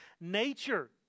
nature